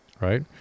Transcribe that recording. Right